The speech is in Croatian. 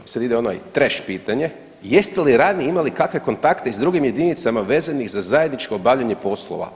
Sad ide ono trash pitanje, jeste li ranije imali kakve kontakte s drugim jedinicama vezanih za zajedničko obavljanje poslova.